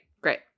Great